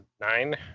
nine